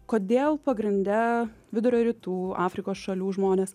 kodėl pagrinde vidurio rytų afrikos šalių žmonės